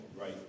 right